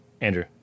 Andrew